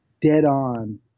dead-on